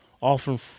often